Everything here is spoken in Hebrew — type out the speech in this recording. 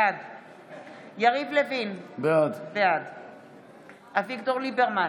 בעד יריב לוין, בעד אביגדור ליברמן,